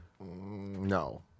No